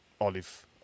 Olive